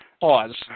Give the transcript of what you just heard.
Pause